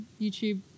YouTube